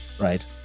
right